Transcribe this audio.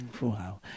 Wow